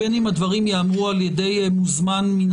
בין אם הדברים ייאמרו על ידי מוזמן מן